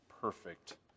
perfect